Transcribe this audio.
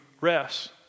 rest